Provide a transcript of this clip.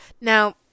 Now